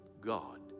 God